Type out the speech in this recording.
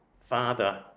father